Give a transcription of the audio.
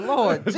Lord